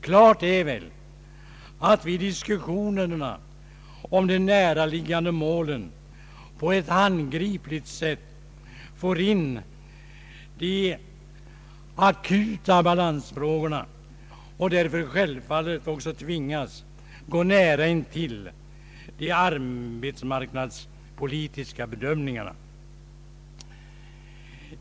Klart är väl att vi i diskussionerna om de närliggande målen på ett handgripligt sätt får in de akuta balansfrågorna och därför självfallet också tvingas gå nära intill de arbetsmarknadspolitiska bedömningarna.